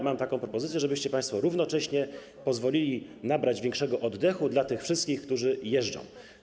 Mam taką propozycję, żebyście państwo równocześnie pozwolili nabrać głębszego oddechu wszystkim, którzy jeżdżą.